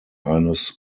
eines